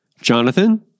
Jonathan